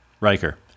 Riker